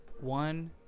One